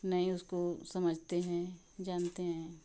नहीं उसको समझते हैं जानते हैं